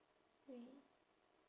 wait